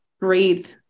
breathe